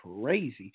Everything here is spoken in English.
crazy